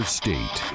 state